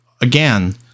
again